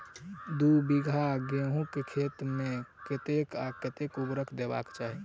दु बीघा गहूम केँ खेत मे कतेक आ केँ उर्वरक देबाक चाहि?